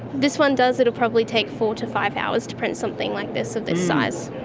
this one does, it will probably take four to five hours to print something like this of this size.